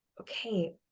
okay